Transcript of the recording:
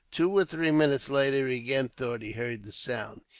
two or three minutes later, he again thought he heard the sound.